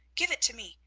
give it to me.